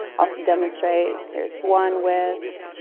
i'll demonstrate. here's one width.